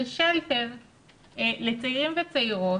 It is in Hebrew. זה shelter לצעירים וצעירות